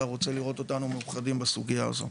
רוצה לראות אותנו מאוחדים בסוגיה הזאת.